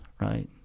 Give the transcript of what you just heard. right